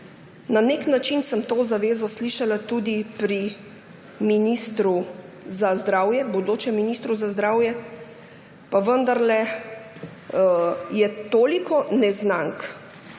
Na nek način sem to zavezo slišala tudi pri bodočem ministru za zdravje, pa vendarle je toliko neznank